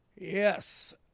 Yes